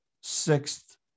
sixth